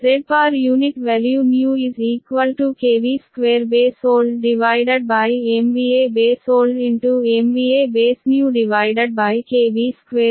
Zpunew ZpuoldKVBold 2MVAB oldMVAB newKVBnew2 ಇದು ಸಮೀಕರಣ 16